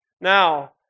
now